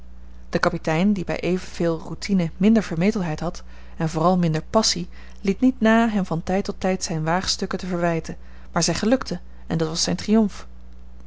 de kapitein die bij evenveel routine minder vermetelheid had en vooral minder passie liet niet na hem van tijd tot tijd zijne waagstukken te verwijten maar zij gelukten en dat was zijn triomf